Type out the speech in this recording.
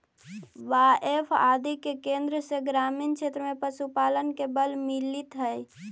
बाएफ आदि के केन्द्र से ग्रामीण क्षेत्र में पशुपालन के बल मिलित हइ